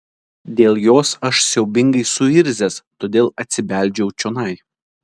dėl jos aš siaubingai suirzęs todėl atsibeldžiau čionai